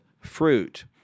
fruit